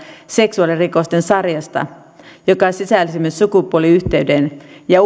seksuaalirikosten sarjasta joka sisälsi myös sukupuoliyhteyden ja